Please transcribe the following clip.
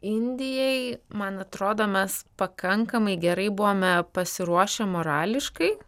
indijai man atrodo mes pakankamai gerai buvome pasiruošę morališkai